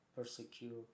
persecute